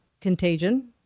contagion